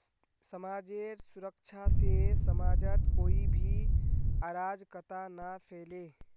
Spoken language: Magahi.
समाजेर सुरक्षा से समाजत कोई भी अराजकता ना फैले